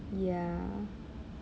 ya